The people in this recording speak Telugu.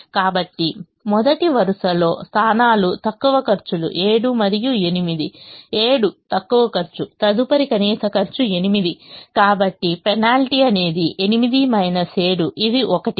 కాబట్టి మొదటి వరుసలో స్థానాలు తక్కువ ఖర్చులు 7 మరియు 8 7 తక్కువ ఖర్చు తదుపరి కనీస ఖర్చు 8 కాబట్టి పెనాల్టీ అనేది 8 7 ఇది 1